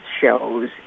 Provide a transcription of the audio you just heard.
shows